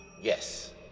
Yes